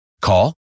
Call